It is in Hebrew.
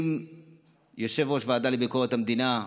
עם יושב-ראש הוועדה לביקורת המדינה,